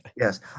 Yes